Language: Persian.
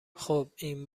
خوب، این